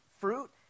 fruit